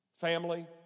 family